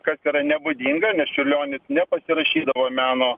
kas yra nebūdinga nes čiurlionis nepasirašydavo meno